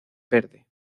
verde